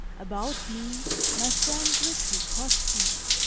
about me my friends richly costumed,